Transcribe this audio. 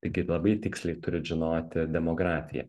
taigi labai tiksliai turit žinoti demografiją